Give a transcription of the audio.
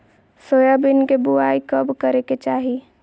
Soybean के बुआई कब करे के चाहि?